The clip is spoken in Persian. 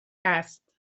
است